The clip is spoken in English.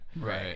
Right